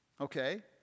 okay